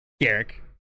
Garrick